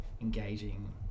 Engaging